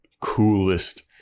coolest